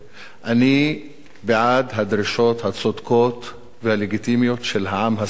אני בעד הדרישות הצודקות והלגיטימיות של העם הסורי